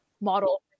model